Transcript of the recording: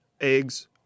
eggs